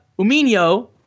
Umino